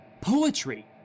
Poetry